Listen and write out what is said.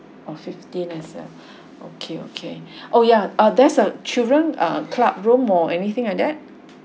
oh fifteen accept okay okay oh yeah ah there's a children err club room or anything like that